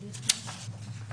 טוב.